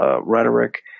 rhetoric